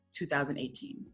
2018